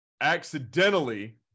accidentally